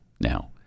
now